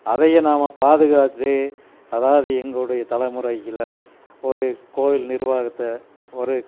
அதையே நம்ம பாதுகாத்து அதாவது எங்களோட தலைமுறையில ஒரு கோவில் நிர்வாகத்தை ஒரு